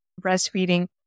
breastfeeding